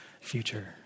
future